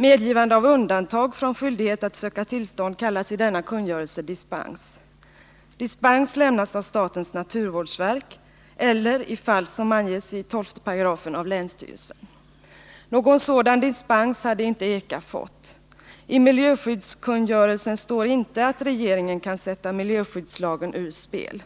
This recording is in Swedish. Medgivande av undantag från skyldigheten att söka tillstånd kallas i denna kungörelse dispens. Dispens lämnas av statens naturvårdsverk eller, i fall som anges i 12 §, av länsstyrelsen. Någon sådan dispens hade inte EKA fått. I miljöskyddskungörelsen står inte att regeringen kan sätta miljöskyddslagen ur spel.